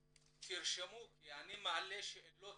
תרשמו, כי אני מעלה כאן שאלות